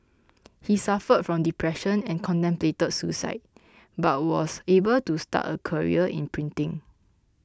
he suffered from depression and contemplated suicide but was able to start a career in printing